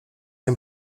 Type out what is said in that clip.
nie